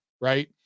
right